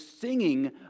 singing